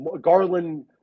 Garland